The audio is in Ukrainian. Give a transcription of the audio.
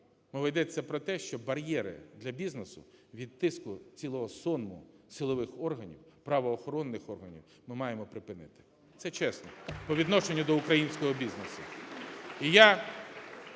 Мова йде про те, що бар'єри для бізнесу від тиску цілого сонму силових органів, правоохоронних органів. Ми маємо припинити. Це чесно по відношенню до українського бізнесу.